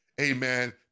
amen